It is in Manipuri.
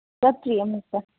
ꯆꯠꯇ꯭ꯔꯤ ꯑꯃꯨꯛꯇ